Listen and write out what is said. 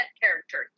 character